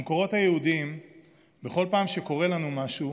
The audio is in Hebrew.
במקורות היהודיים בכל פעם שקורה לנו משהו,